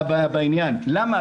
למה?